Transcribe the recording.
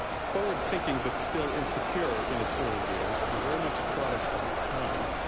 forward-thinking but still insecure in its early years, and very much a product of its time,